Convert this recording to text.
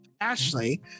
Ashley